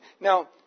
Now